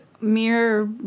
mere